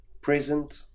present